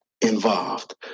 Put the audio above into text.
involved